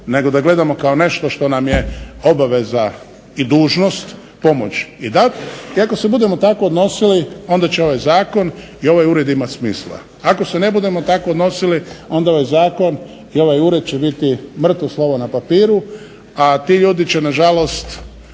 nego da gledamo kao nešto što nam je obveza i dužnost pomoći i dati. I ako se budemo tako odnosili onda će ovaj Zakon i ovaj ured imati smisla. Ako se ne budemo tako odnosili onda ovaj Zakon i ovaj ured će biti mrtvo slovo na papiru, a ti ljudi će na žalost